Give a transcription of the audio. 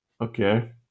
Okay